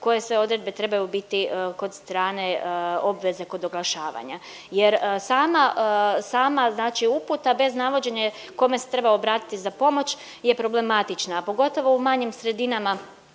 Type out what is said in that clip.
koje sve odredbe trebaju biti kod strane obveze kod oglašavanja jer sama, sama znači uputa bez navođenja kome se treba obratiti za pomoć je problematična, a pogotovo u manjim sredinama